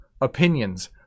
opinions